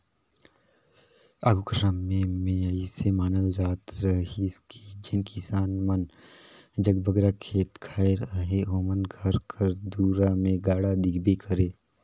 आघु कर समे मे अइसे मानल जात रहिस कि जेन किसान मन जग बगरा खेत खाएर अहे ओमन घर कर दुरा मे गाड़ा दिखबे करे